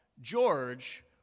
George